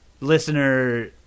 Listener